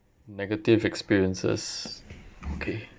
negative experiences okay